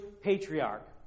patriarch